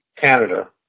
Canada